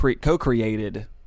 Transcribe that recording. co-created